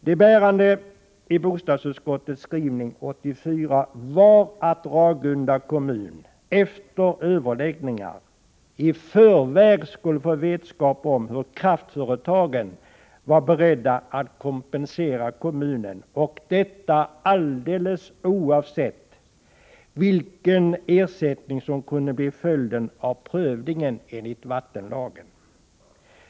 Det bärande i bostadsutskottets skrivning 1984 var att Ragunda kommun efter överläggningar i förväg skulle få vetskap om hur kraftföretagen var beredda att kompensera kommunen, och detta alldeles oavsett vilken ersättning som kunde bli följden av prövningen enligt vattenlagen.